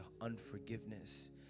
unforgiveness